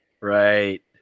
Right